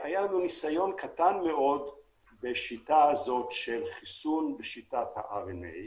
היה לנו ניסיון קטן מאוד בחיסון בשיטת הרנ"א.